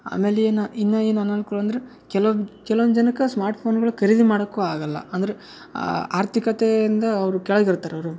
ಆಮೇಲೆ ಏನು ಇನ್ನೂ ಏನು ಅನನುಕೂಲ ಅಂದ್ರೆ ಕೆಲ್ವೊ ಕೆಲ್ವೊಂದು ಜನಕ್ಕೆ ಸ್ಮಾರ್ಟ್ ಫೋನ್ಗಳು ಖರೀದಿ ಮಾಡಕ್ಕೂ ಆಗಲ್ಲ ಅಂದ್ರೆ ಆರ್ಥಿಕತೆಯಿಂದ ಅವರು ಕೆಳಗೆ ಇರ್ತಾರೆ ಅವರು